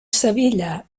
sevilla